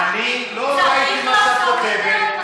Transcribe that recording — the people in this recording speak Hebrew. אני לא ראיתי מה שאת כותבת.